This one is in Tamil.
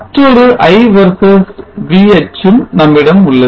மற்றொரு I மற்றும் V அச்சும் நம்மிடம் உள்ளது